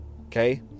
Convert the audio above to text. okay